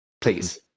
Please